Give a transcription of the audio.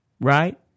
Right